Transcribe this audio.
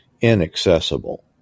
inaccessible